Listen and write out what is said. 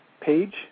page